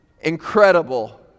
incredible